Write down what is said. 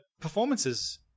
performances